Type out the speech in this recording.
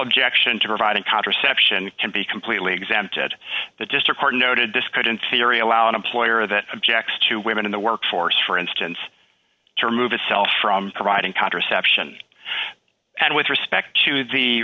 objection to providing contraception can be completely exempted that just a court noted this could in theory allow an employer that objects to women in the workforce for instance to remove itself from providing contraception and with respect to the